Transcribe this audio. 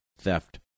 theft